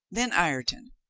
then ireton,